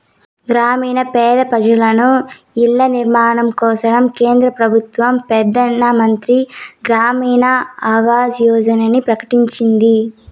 గ్రామీణ పేద పెజలకు ఇల్ల నిర్మాణం కోసరం కేంద్ర పెబుత్వ పెదానమంత్రి గ్రామీణ ఆవాస్ యోజనని ప్రకటించింది